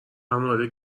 مورد